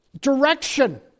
direction